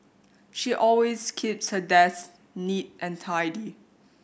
she always keeps her desk neat and tidy